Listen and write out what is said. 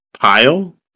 pile